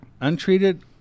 untreated